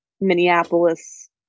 Minneapolis